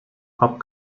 pop